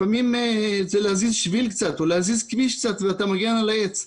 לפעמים זה להזיז שביל או להזיז כביש ואתה מגן על העץ.